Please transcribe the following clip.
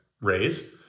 raise